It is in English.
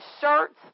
shirts